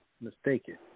mistaken